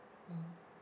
mmhmm